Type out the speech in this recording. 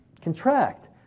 contract